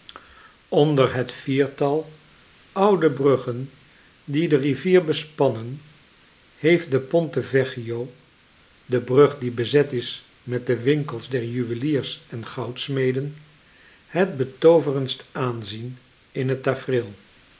onder het viertal oude bruggen die de rivier bespannen heeft depontevecchio de brug die bezet is met de winkels der juweliers en goudsmeden het betooverendst aanzien in het